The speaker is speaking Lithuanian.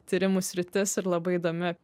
tyrimų sritis ir labai įdomi